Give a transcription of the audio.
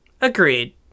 Agreed